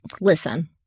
Listen